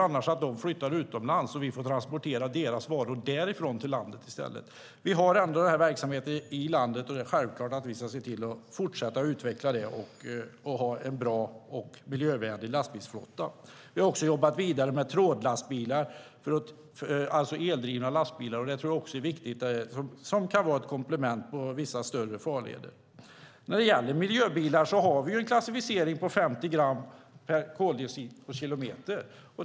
Annars flyttar de utomlands, och vi får transportera deras varor därifrån till landet i stället. Vi har ändå den här verksamheten i landet, och det är självklart att vi ska se till att fortsätta att utveckla den och ha en bra och miljövänlig lastbilsflotta. Vi har också jobbat vidare med trådlastbilar, eldrivna lastbilar, och de är viktiga som komplement på vissa större leder. När det gäller miljöbilar har vi en klassificering på 50 gram koldioxid per kilometer.